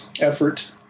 effort